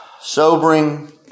sobering